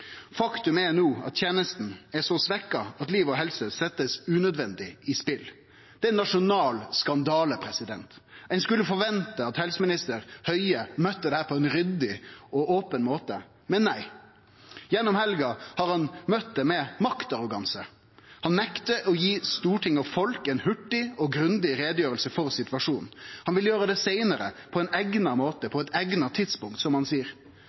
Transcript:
Faktum er no at tenesta er så svekt at liv og helse blir sette unødvendig på spel. Det er ein nasjonal skandale. Ein skulle ha kunna forvente at helseminister Høie møtte dette på ein ryddig og open måte, men nei. Gjennom helga har han møtt det med maktarroganse. Han nektar å gi Stortinget og folk ei hurtig og grundig utgreiing av situasjonen. Han vil gjere det seinare på ein eigna måte, på eit eigna tidspunkt, som han